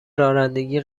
رانندگی